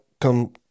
come